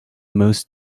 most